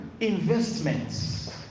investments